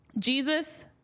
jesus